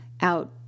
out